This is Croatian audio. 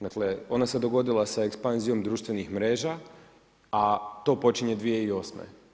Dakle, ona se dogodila sa ekspanzijom društvenih mreža a to počinje 2008.